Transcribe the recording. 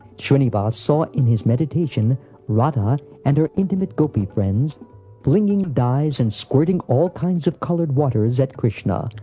shrinivas saw in his meditation radha and her intimate gopi friends flinging dyes and squirting all kinds of colored waters at krishna,